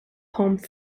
palms